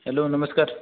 hello नमस्कार